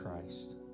Christ